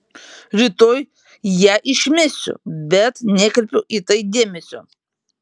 rytoj ją išmesiu bet nekreipiau į tai dėmesio